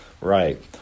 Right